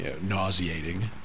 nauseating